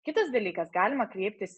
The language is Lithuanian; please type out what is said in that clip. kitas dalykas galima kreiptis